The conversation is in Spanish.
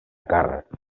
carr